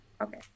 okay